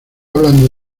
hablando